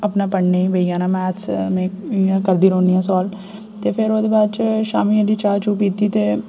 अपना पढ़ने बेही जाना मैथ्स में इ'यां करदी रौह्नी आं साल्व ते फेर ओह्दे बाद च शामीं आह्ली चाह् चू पीती ते